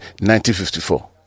1954